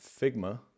Figma